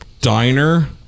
diner